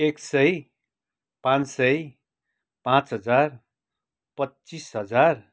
एक सय पाँच सय पाँच हजार पच्चिस हजार